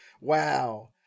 wow